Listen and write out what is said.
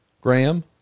graham